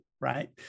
right